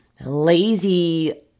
lazy